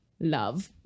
love